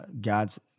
God's